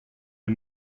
wir